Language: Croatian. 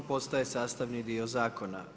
On postaje sastavni dio zakona.